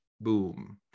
boom